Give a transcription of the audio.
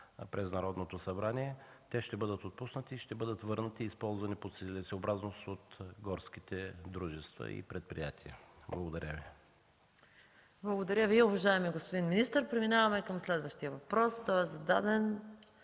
през Народното събрание, да бъдат отпуснати и да бъдат върнати и използвани по целесъобразност от горските дружества и предприятия. Благодаря Ви. ПРЕДСЕДАТЕЛ МАЯ МАНОЛОВА: Благодаря Ви, уважаеми господин министър. Преминаваме към следващия въпрос. Той е зададен